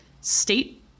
state